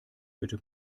bitte